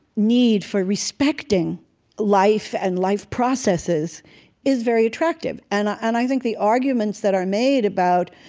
need for respecting life and life processes is very attractive. and i and i think the arguments that are made about